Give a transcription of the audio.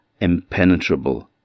impenetrable